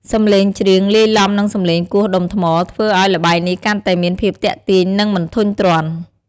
សំឡេងច្រៀងលាយឡំនឹងសំឡេងគោះដុំថ្ម ធ្វើឱ្យល្បែងនេះកាន់តែមានភាពទាក់ទាញ និងមិនធុញទ្រាន់។